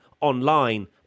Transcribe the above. online